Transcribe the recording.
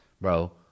bro